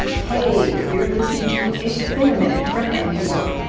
hey, you're listening to it's been a minute from npr.